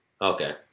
Okay